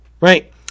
right